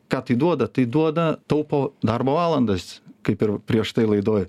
ką tai duoda tai duoda taupo darbo valandas kaip ir prieš tai laidoj